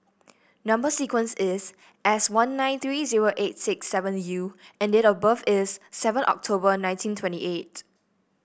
number sequence is S one nine three zero eight six seven U and date of birth is seven October nineteen twenty eight